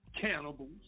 cannibals